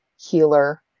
Healer